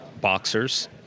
boxers